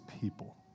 people